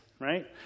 right